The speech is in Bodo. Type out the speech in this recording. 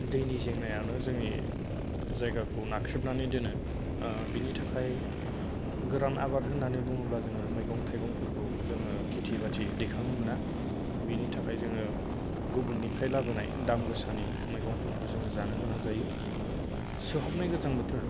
दैनि जेंनायानो जोंनि जायगाखौ नाख्रेबनानै दोनो ओ बिनि थाखाय गोरान आबाद होननानै बुङोब्ला जोङो मैगं थाइगंफोरखौ जोङो खेति बाति दैखांनो मोना बिनि थाखाय जोङो गुबुननिफ्राय लाबोनाय दाम गोसानि मैगंफोरखौ जोङो जानो गोनां जायो सुहाबनाय गोजां बोथोर